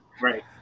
Right